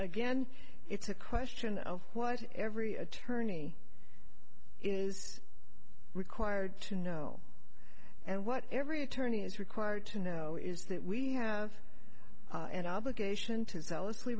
again it's a question of what every attorney is required to know and what every attorney is required to know is that we have an obligation to zealous